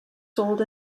sold